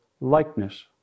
likeness